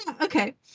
Okay